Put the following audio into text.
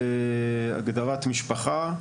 הגדרת משפחה,